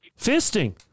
Fisting